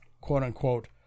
quote-unquote